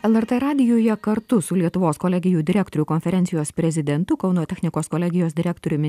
lrt radijuje kartu su lietuvos kolegijų direktorių konferencijos prezidentu kauno technikos kolegijos direktoriumi